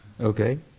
Okay